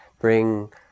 bring